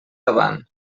avant